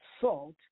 salt